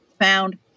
found